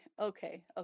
Okay